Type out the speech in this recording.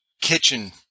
kitchen